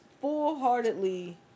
full-heartedly